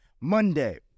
monday